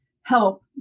help